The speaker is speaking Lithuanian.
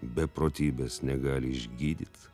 beprotybės negali išgydyt